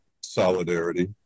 solidarity